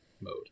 mode